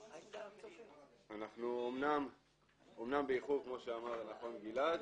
אנחנו אמנם באיחור כמו שאמר נכון גלעד,